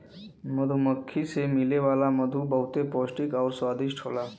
मधुमक्खी से मिले वाला मधु बहुते पौष्टिक आउर स्वादिष्ट होला